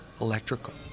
electrical